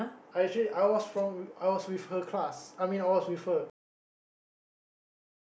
I actually I was from I was with her class I mean with her inside uh semester one